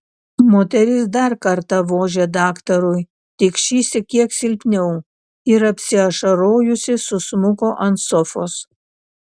moteris dar kartą vožė daktarui tik šįsyk kiek silpniau ir apsiašarojusi susmuko ant sofos